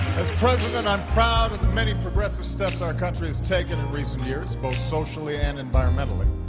as president, i'm proud of the many progressive steps our country has taken in recent years, both socially and environmentally.